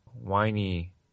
whiny